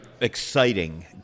exciting